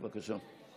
בבקשה.